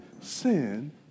sin